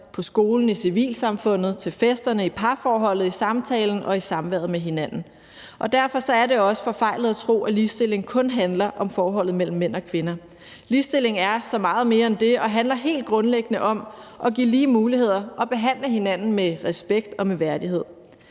på skolen, i civilsamfundet, til festerne, i parforholdet, i samtalen og i samværet med hinanden, og derfor er det også forfejlet at tro, at ligestilling kun handler om forholdet mellem mænd og kvinder. Ligestilling er så meget mere end det og handler helt grundlæggende om at give lige muligheder og behandle hinanden med respekt og med værdighed.